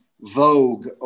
Vogue